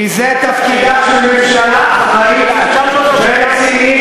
כי זה תפקידה של ממשלה אחראית ורצינית,